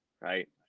right